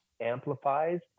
amplifies